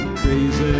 crazy